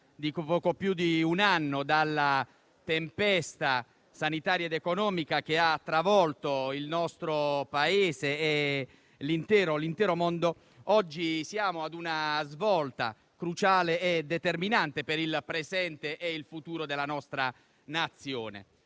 di poco più di un anno dalla tempesta sanitaria ed economica che ha travolto il nostro Paese e l'intero mondo, oggi siamo ad una svolta cruciale e determinante, per il presente e il futuro della nostra Nazione.